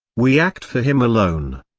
we act for him alone.